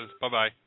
Bye-bye